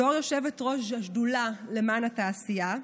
בתור יושבת-ראש השדולה למען התעשייה,